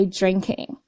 drinking